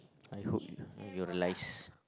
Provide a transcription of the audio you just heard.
I hope you you lice